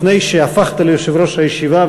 לפני שהפכת ליושב-ראש הישיבה,